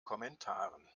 kommentaren